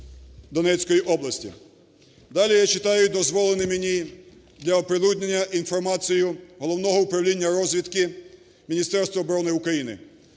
Донецької області. Далі я читаю дозволену мені для оприлюднення інформацію Головного управління розвідки Міністерства оборони України.